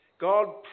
God